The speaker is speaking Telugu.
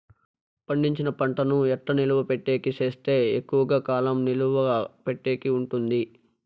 పండించిన పంట ను ఎట్లా నిలువ పెట్టేకి సేస్తే ఎక్కువగా కాలం నిలువ పెట్టేకి ఉంటుంది?